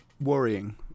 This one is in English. worrying